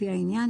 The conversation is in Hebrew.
לפי העניין,